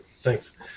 Thanks